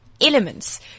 elements